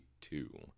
two